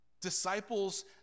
Disciples